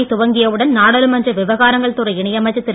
அவைத் துவங்கியவுடன் நாடாளுமன்ற விவகாரங்கள் துறை இணையமைச்சர் திரு